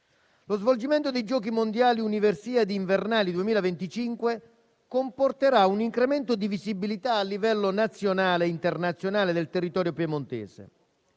Lo svolgimento dei Giochi mondiali universiadi invernali 2025 comporterà un incremento di visibilità a livello nazionale e internazionale del territorio piemontese;